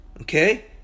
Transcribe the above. Okay